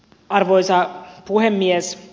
arvoisa puhemies